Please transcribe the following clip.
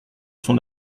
son